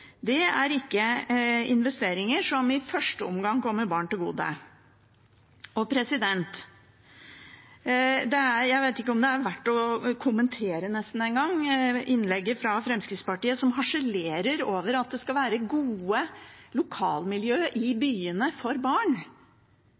Det er ikke investeringer som i første omgang kommer barn til gode. Jeg vet ikke om det nesten er verdt å kommentere engang, innlegget fra Fremskrittspartiet som harselerer over at det skal være gode lokalmiljø for barn i